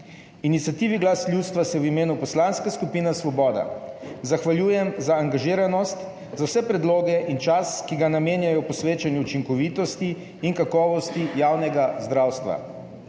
Iniciativi Glas ljudstva se v imenu Poslanske skupine Svoboda zahvaljujem za angažiranost, za vse predloge in čas, ki ga namenjajo posvečanju učinkovitosti in kakovosti javnega zdravstva.